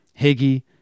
Higgy